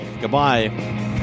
goodbye